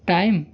time